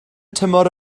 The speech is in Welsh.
tymor